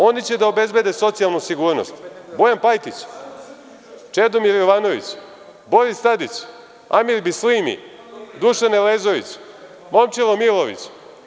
Oni će da obezbede socijalnu sigurnost, Bojan Pajtić, Čedomir Jovanović, Boris Tadić, Amir Bislimi, Dušan Elezović, Momčilo Milović?